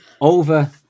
over